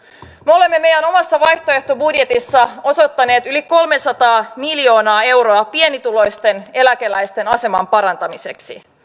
me olemme meidän omassa vaihtoehtobudjetissamme osoittaneet yli kolmesataa miljoonaa euroa pienituloisten eläkeläisten aseman parantamiseksi